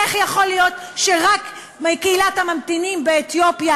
איך יכול להיות שקהילת הממתינים באתיופיה